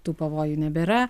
tų pavojų nebėra